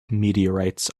meteorites